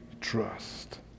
trust